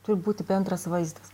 turi būti bendras vaizdas